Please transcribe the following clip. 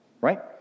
right